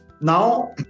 Now